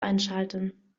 einschalten